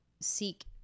seek